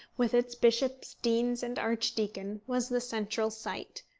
with its bishops, deans, and archdeacon, was the central site.